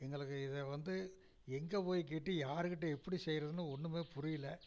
எங்களுக்கு இதை வந்து எங்கே போய் கேட்டு யார்கிட்டே எப்படி செய்கிறதுன்னு ஒன்றுமே புரியலை